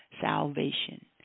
salvation